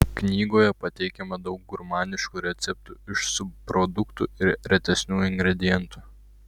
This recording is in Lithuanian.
knygoje pateikiama daug gurmaniškų receptų iš subproduktų ir retesnių ingredientų